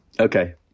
Okay